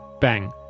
bang